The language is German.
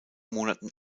monaten